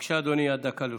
בבקשה, אדוני, עד דקה לרשותך.